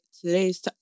today's